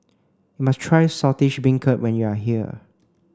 must try Saltish Beancurd when you are here